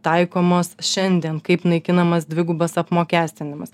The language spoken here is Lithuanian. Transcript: taikomos šiandien kaip naikinamas dvigubas apmokestinimas